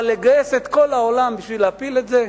אבל לגייס את כל העולם בשביל להפיל את זה,